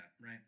right